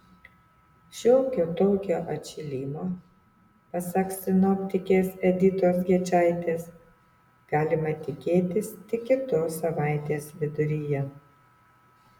šiokio tokio atšilimo pasak sinoptikės editos gečaitės galima tikėtis tik kitos savaitės viduryje